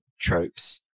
tropes